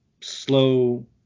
slow